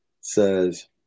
says